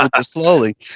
slowly